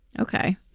Okay